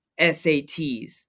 SATs